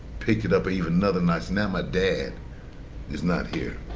picked it up even another notch now my dad is not here.